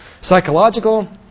psychological